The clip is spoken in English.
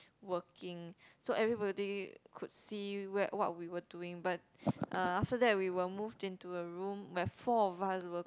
working so everybody could see where what we were doing but uh after that we were moved into a room where four of us were